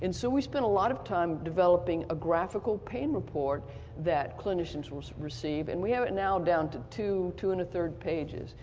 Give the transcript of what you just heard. and so we spent a lot of time developing a graphical pain report that clinicians receive and we have it now down to two, two and a third pages,